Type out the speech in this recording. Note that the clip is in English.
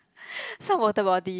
so water body